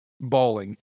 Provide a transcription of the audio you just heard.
bawling